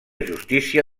justícia